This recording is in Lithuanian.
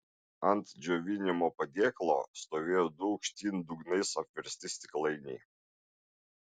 ant džiovinimo padėklo stovėjo du aukštyn dugnais apversti stiklainiai